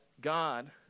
God